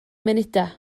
munudau